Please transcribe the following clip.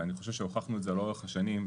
ואני חושב שהוכחנו את זה לאורך השנים,